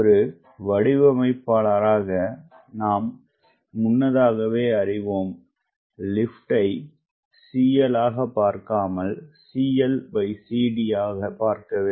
ஒருவடிவமைப்பாளராகநாம் முன்னதாகவே அறிவோம்liftஐ CL ஆக பார்க்காமல்CLCDபார்க்க வேண்டும்